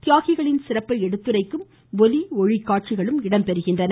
தியாகிகளின் சிறப்பை எடுத்துரைக்கும் ஒலி ஒளி காட்சிகளும் இடம்பெறுகின்றன